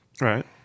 Right